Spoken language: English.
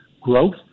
growth